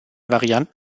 varianten